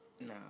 No